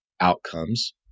outcomes